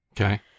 Okay